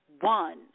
One